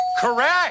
Correct